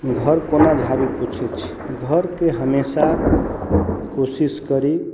घर कोना झाड़ू पोछैत छै घरके हमेशा कोशिश करि